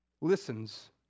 listens